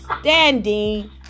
standing